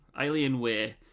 Alienware